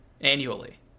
annually